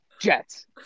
Jets